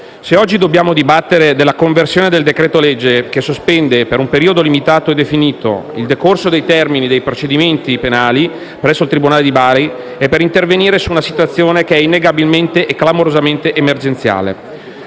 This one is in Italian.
Se oggi dobbiamo dibattere della conversione del decreto-legge che sospende per un periodo limitato e definito il decorso dei termini dei procedimenti penali presso il tribunale di Bari è per intervenire su una situazione che è innegabilmente e clamorosamente emergenziale.